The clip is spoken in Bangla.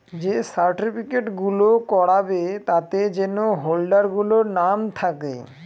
যে সার্টিফিকেট গুলো করাবে তাতে যেন হোল্ডার গুলোর নাম থাকে